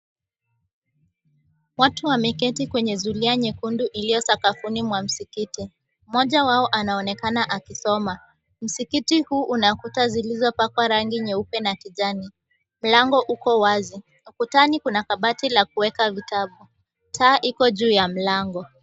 Watu wameketi kwenye zulia nyekundu iliyo sakafuni mwa msikiti, mmoja wao anaonekana akisoma, msikiti huu una kuta zilizopakwa rangi nyeupe na kijani mlango uko wazi ndani kuna kabati la kuweka vitabu taa iko juu ya mlango.